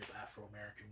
afro-american